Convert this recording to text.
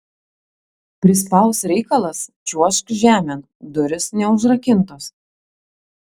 prispaus reikalas čiuožk žemėn durys neužrakintos